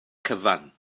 cyfan